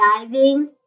diving